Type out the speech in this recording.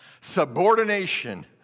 subordination